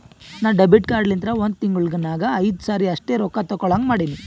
ನಾ debit card ಲಿಂತ ಒಂದ್ ತಿಂಗುಳ ನಾಗ್ ಐಯ್ದು ಸರಿ ಅಷ್ಟೇ ರೊಕ್ಕಾ ತೇಕೊಳಹಂಗ್ ಮಾಡಿನಿ